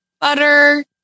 butter